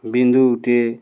ବିନ୍ଦୁ ଗୁଟେ